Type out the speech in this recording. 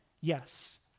yes